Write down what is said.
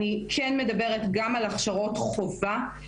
אני כן מדברת גם על הכשרות חובה,